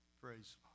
praise